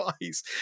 twice